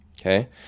Okay